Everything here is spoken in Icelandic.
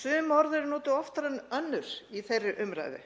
Sum orð eru notuð oftar en önnur í þeirri umræðu.